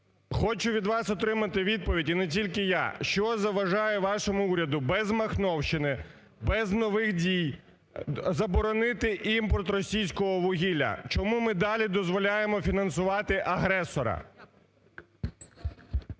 хочу від вас отримати відповідь і не тільки я, що заважає вашому уряду без махновщини, без нових дій заборонити імпорт російського вугілля? Чому ми далі дозволяємо фінансувати агресора?